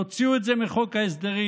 תוציאו את זה מחוק ההסדרים.